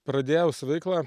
pradėjus veiklą